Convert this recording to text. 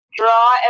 draw